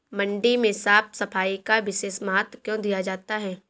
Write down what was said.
मंडी में साफ सफाई का विशेष महत्व क्यो दिया जाता है?